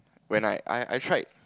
when I I I tried